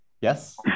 Yes